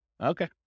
Okay